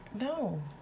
No